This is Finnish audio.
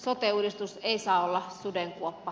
sote uudistus ei saa olla sudenkuoppa